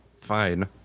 fine